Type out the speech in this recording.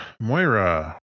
moira